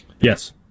Yes